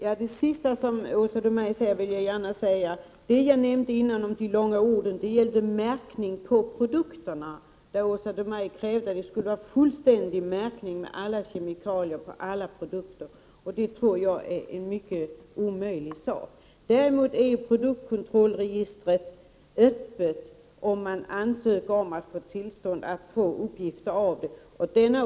Fru talman! Till Åsa Domeij vill jag gärna säga att det jag nämnde om de långa orden gällde märkning av produkterna. Åsa Domeij krävde att det skulle vara fullständig märkning med alla kemikalier på alla produkter, och det tror jag är någonting omöjligt. Däremot är produktkontrollregistret öppet, om man ansöker om tillstånd att få uppgifter ur det.